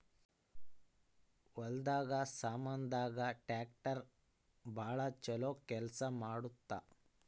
ಹೊಲದ ಸಾಮಾನ್ ದಾಗ ಟ್ರಾಕ್ಟರ್ ಬಾಳ ಚೊಲೊ ಕೇಲ್ಸ ಮಾಡುತ್ತ